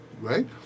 right